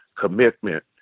commitment